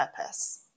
purpose